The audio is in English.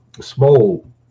small